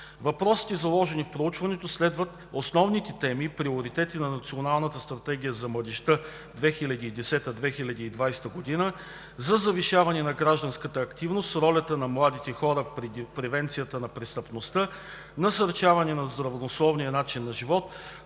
Въпросите, заложени в проучването, следват основните теми и приоритети, на Националната стратегия за младежта 2010 – 2020 г. за завишаване на гражданската активност, ролята на младите хора в превенцията на престъпността, насърчаване на здравословния начин на живот,